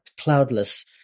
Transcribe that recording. cloudless